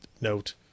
note